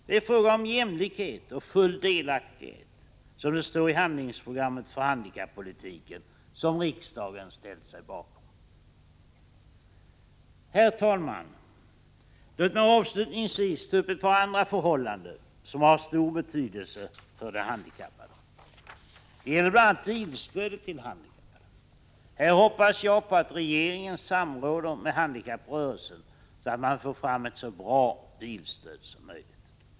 Det är fråga om jämlikhet och full delaktighet, som det står i handlingsprogrammet för handikappolitiken som riksdagen ställt sig bakom. Herr talman! Låt mig avslutningsvis ta upp ett par andra förhållanden som har stor betydelse för de handikappade. Det gäller bl.a. bilstödet till handikappade. Här hoppas jag på att regeringen samråder med handikapprörelsen så att man får fram ett så bra bilstöd som möjligt.